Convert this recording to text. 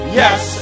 yes